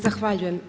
Zahvaljujem.